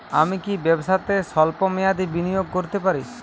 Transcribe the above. আমি কি ব্যবসাতে স্বল্প মেয়াদি বিনিয়োগ করতে পারি?